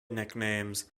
nicknames